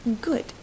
good